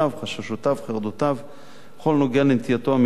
חששותיו וחרדותיו בכל הנוגע לנטייתו המינית